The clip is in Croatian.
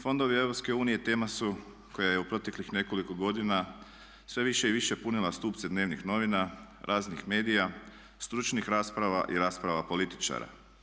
Fondovi EU tema su koja je u proteklih nekoliko godina sve više i više punila stupce dnevnih novina, raznih medija, stručnih rasprava i rasprava političara.